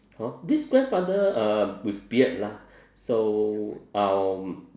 !huh! this grandfather uh with beard lah so um